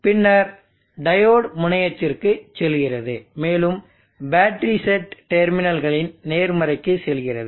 பின்னர் டையோடு முனையத்திற்கு செல்கிறது மேலும் பேட்டரி செட் டெர்மினல்களின் நேர்மறைக்கு செல்கிறது